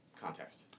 context